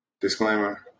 disclaimer